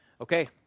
Okay